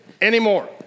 anymore